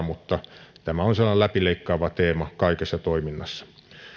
mutta tämä on sellainen läpileikkaava teema kaikessa toiminnassa